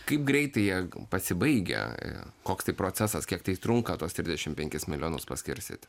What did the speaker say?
kaip greitai jie pasibaigia koks tai procesas kiek tai trunka tuos trisdešim penkis milijonus paskirstyt